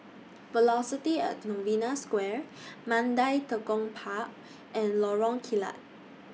Velocity At Novena Square Mandai Tekong Park and Lorong Kilat